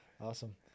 Awesome